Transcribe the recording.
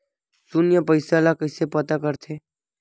शून्य पईसा ला कइसे पता करथे?